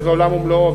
וזה עולם ומלואו,